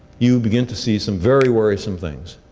you begin to see some very worrisome things.